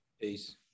Peace